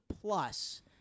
plus